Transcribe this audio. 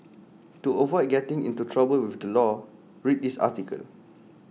to avoid getting into trouble with the law read this article